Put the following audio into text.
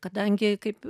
kadangi kaip